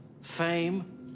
fame